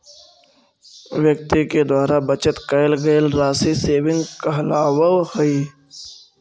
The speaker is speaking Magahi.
व्यक्ति के द्वारा बचत कैल गेल राशि सेविंग कहलावऽ हई